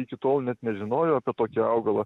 iki tol net nežinojo apie tokį augalą